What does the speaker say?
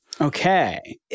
Okay